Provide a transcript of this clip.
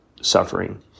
suffering